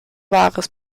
wahres